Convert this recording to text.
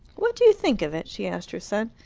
what do you think of it? she asked her son.